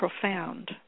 profound